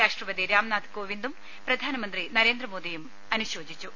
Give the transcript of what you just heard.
രാഷ്ട്രപതി രാം നാഥ് കോവിന്ദും പ്രധാനമന്ത്രി നരേന്ദ്രമോദിയും അനുശോചിച്ചു